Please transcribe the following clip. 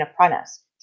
apprentice